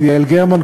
יעל גרמן,